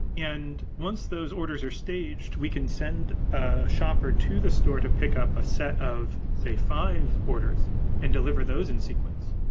and once those orders are staged, we can send a shopper to the store to pick up a set of, say, five orders and deliver those in sequence.